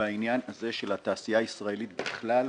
בעניין הזה של התעשייה הישראלית בכלל.